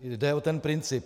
Jde o ten princip.